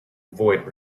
avoid